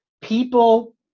people